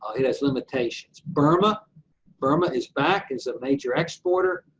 it has limitations. burma burma is back as a major exporters,